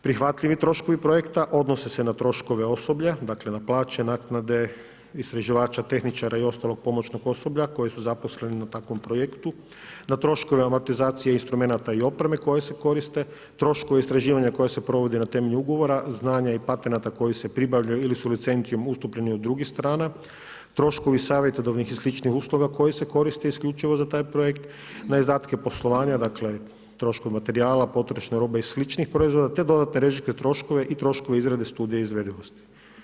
Prihvatljivi troškovi projekta odnose se na troškove osoblja, dakle na plaće, naknade istraživača, tehničara i ostalog pomoćnog osoblja koji su zaposleni na takvom projektu, na troškove amortizacije, instrumenata i opreme koja se koriste, troškova istraživanja koja se provode na temelju ugovora, znanja i patenata koji se pribavljaju ili su licencom ustupljeni od drugih strana, troškovi savjetodavnih i sličnog usluga koje se koriste isključivo za taj projekt, na izdatke poslovanja, dakle troškova materijala, potrošne robe i sličnih proizvoda te dodatne režijske troškove i troškove izrade studije izvedivosti.